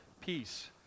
peace